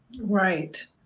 right